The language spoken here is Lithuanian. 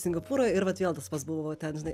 singapūrą ir vat vėl tas pats buvo ten žinai